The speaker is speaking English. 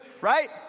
Right